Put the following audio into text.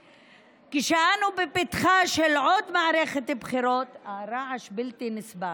כשאנו בפתחה של עוד מערכת בחירות, הרעש בלתי נסבל.